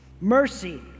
Mercy